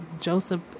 Joseph